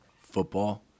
football